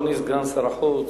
אדוני סגן שר החוץ,